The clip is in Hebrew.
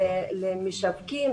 למשווקים,